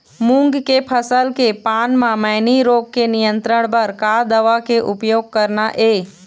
मूंग के फसल के पान म मैनी रोग के नियंत्रण बर का दवा के उपयोग करना ये?